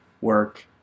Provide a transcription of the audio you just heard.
work